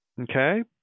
okay